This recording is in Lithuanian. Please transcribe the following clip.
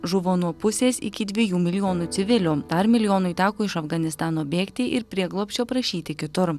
žuvo nuo pusės iki dviejų milijonų civilių dar milijonui teko iš afganistano bėgti ir prieglobsčio prašyti kitur